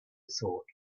thought